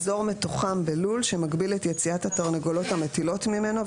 אזור מתוחם בלול שמגביל את יציאת התרנגולות המטילות ממנו,